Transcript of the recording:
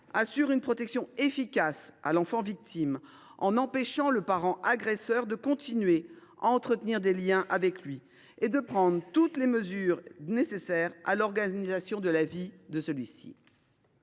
garantit une protection efficace à l’enfant victime, en empêchant le parent agresseur de continuer à entretenir des liens avec lui et de prendre toutes les décisions nécessaires à l’organisation de la vie de celui ci.